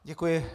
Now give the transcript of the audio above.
Děkuji.